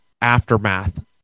aftermath